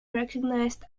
recognized